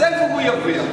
אז איפה הרווח?